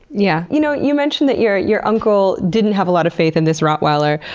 yeah. you know you mentioned that your your uncle didn't have a lot of faith in this rottweiler.